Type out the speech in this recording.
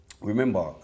Remember